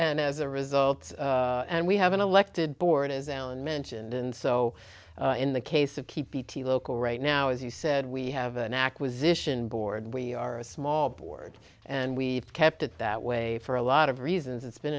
and as a result and we have an elected board as alan mentioned and so in the case of keep bt local right now as you said we have an acquisition board we are a small board and we've kept it that way for a lot of reasons it's been